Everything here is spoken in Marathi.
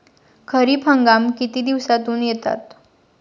खरीप हंगाम किती दिवसातून येतात?